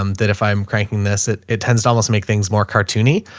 um that if i'm cranking this, it, it tends to almost make things more cartoony,